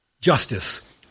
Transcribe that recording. Justice